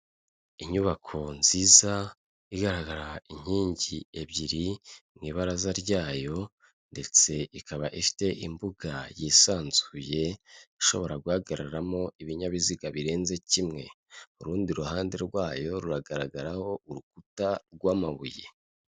Inyubako nziza, igaragaza inkingi ebyiri mu ibaraza ryayo ndetse ikaba ifite imbuga yisanzuye ishobora guhagararamo ibinyabiziga birenze kimwe, urundi ruhande rwayo ruragaragaraho urukuta rw'amabuye.